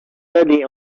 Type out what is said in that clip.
ready